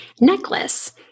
necklace